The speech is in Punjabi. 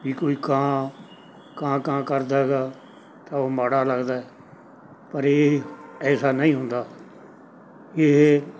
ਵੀ ਕੋਈ ਕਾਂ ਕਾਂ ਕਾਂ ਕਰਦਾ ਹੈਗਾ ਤਾਂ ਉਹ ਮਾੜਾ ਲੱਗਦਾ ਪਰ ਇਹ ਐਸਾ ਨਹੀਂ ਹੁੰਦਾ ਇਹ